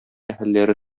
әһелләре